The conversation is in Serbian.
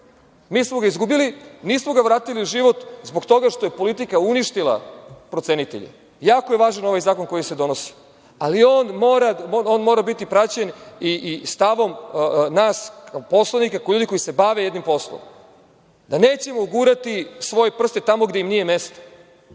Mi smo ga izgubili. Nismo ga vratili u život, zbog toga što je politika uništila procenitelja. Jako je važan ovaj zakon koji se donosi, ali on mora biti praćen i stavom nas poslanika kao ljudi koji se bave jednim poslom, da nećemo gurati svoje prste tamo gde im nije mesto.